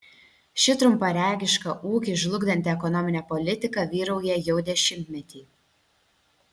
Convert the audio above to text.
ši trumparegiška ūkį žlugdanti ekonominė politika vyrauja jau dešimtmetį